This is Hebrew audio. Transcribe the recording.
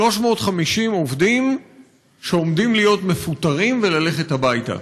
350 עובדים שעומדים להיות מפוטרים וללכת הביתה.